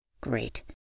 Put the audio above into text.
Great